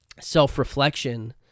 self-reflection